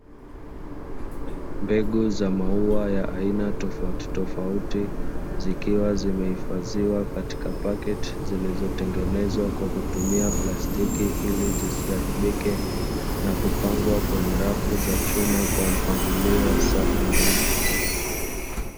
Mbegu za maua ya aina tofautitofauti zikiwa zimehifadhiwa katika pakiti zilizotengenezwa kwa kutumia plastiki ili zisiharibike, na kupangwa kwenye rafu za chuma kwa mpangilio wa safu mbili.